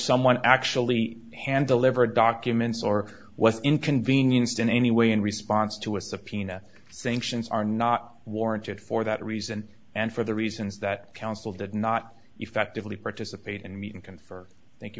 someone actually handle ever documents or was inconvenienced in any way in response to a subpoena sanctions are not warranted for that reason and for the reasons that counsel did not effectively participate in meeting confer thank you